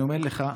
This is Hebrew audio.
אני אומר לך,